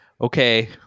okay